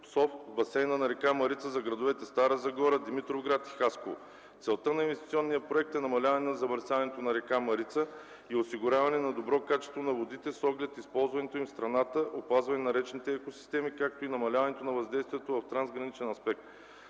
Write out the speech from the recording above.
в басейна на река Марица за градовете Стара Загора, Димитровград и Хасково”. Целта на инвестиционния проект е намаляване на замърсяването на река Марица и осигуряване на добро качество на водите с оглед използването им в страната, опазване на речните екосистеми, както и намаляването на въздействието в транс-граничен аспект.